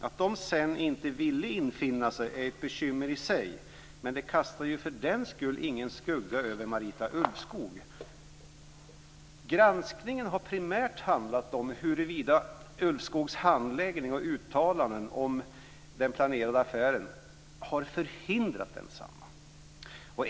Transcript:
Att de sedan inte ville infinna sig är ett bekymmer i sig men för den skull kastas ingen skugga över Marita Ulvskog. Granskningen har primärt handlat om Ulvskogs handläggning och uttalanden om den planerade affären har förhindrat densamma.